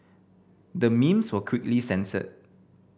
the memes were quickly censored